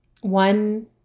one